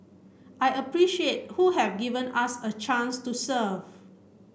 I appreciate who have given us a chance to serve